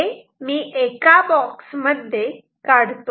हे मी एका बॉक्स मध्ये काढतो